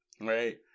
right